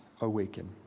awaken